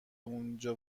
اونجا